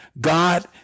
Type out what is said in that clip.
God